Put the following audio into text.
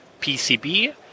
PCB